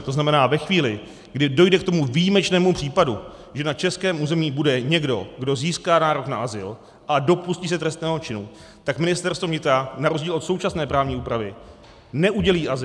To znamená, ve chvíli, kdy dojde k tomu výjimečnému případu, že na českém území bude někdo, kdo získá nárok na azyl a dopustí se trestného činu, tak Ministerstvo vnitra na rozdíl od současné právní úpravy neudělí azyl.